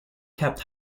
kept